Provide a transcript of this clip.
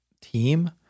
team